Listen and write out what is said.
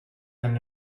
than